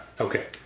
Okay